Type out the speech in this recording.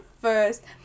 First